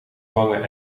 vangen